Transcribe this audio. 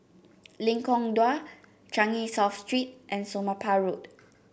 Lengkong Dua Changi South Street and Somapah Road